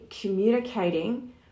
communicating